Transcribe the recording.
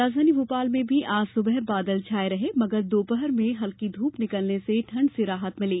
राजधानी भोपाल में भी आज सुबह बादल छाये रहे मगर दोपहर में हल्की धूप निकलने से ठंड से राहत मिली